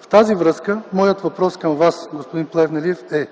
В тази връзка моят въпрос към Вас, господин Плевнелиев, е: